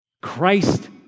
Christ